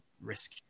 risk